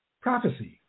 prophecy